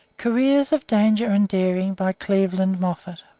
careers of danger and daring by cleveland moffett